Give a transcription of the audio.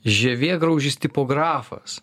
žievėgraužis tipografas